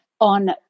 on